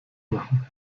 machen